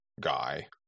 Guy